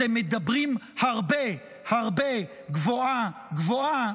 אתם מדברים הרבה הרבה גבוהה-גבוהה,